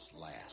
last